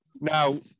Now